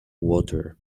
water